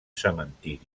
cementiri